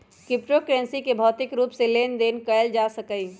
crypto currency के भौतिक रूप से लेन देन न कएल जा सकइय